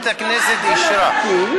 אתה לא תאשים אותי בשטויות כאלה,